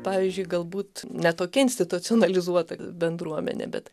pavyzdžiui galbūt ne tokia institucionalizuota bendruomenė bet